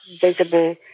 visible